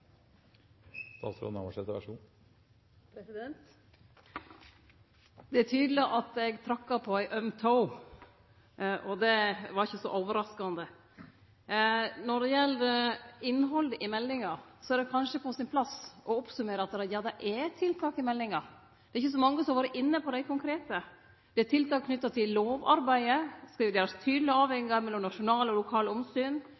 tydeleg at eg tråkka på ei øm tå, og det var ikkje så overraskande. Når det gjeld innhaldet i meldinga, er det kanskje på sin plass å oppsummere at det er tiltak der – det er ikkje så mange som har vore inne på dei konkret. Det er tiltak knytte til lovarbeidet, det skal gjerast tydelege avvegingar mellom nasjonale og lokale omsyn,